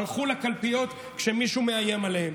ישראל הלכו לקלפיות כשמישהו מאיים עליהם.